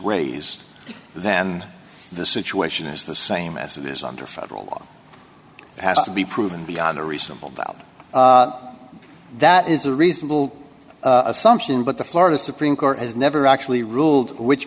raised then the situation is the same as it is under federal law has to be proven beyond a reasonable doubt that is a reasonable assumption but the florida supreme court has never actually ruled which